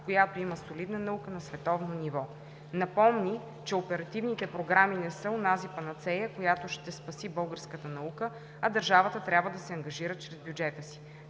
в която има солидна наука на световно ниво. Напомни, че оперативните програми не са онази панацея, която ще спаси българската наука, а държавата трябва да се ангажира чрез бюджета си.